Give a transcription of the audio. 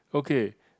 okay